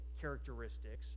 characteristics